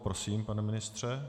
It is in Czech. Prosím, pane ministře.